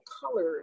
color